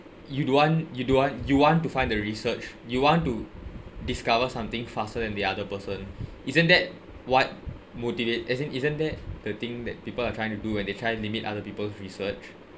you do want you do want you want to find the research you want to discover something faster than the other person isn't that what motivate as in isn't that the thing that people are trying to do when they try to limit other people research